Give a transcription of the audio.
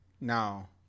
Now